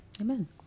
Amen